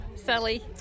Sally